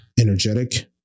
energetic